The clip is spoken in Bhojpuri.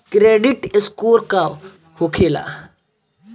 क्रेडिट स्कोर का होखेला?